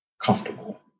comfortable